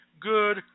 good